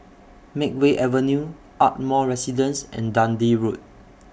Makeway Avenue Ardmore Residence and Dundee Road